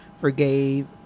forgave